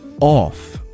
off